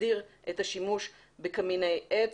שתסדיר את השימוש בקמיני עץ,